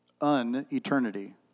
un-eternity